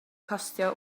costio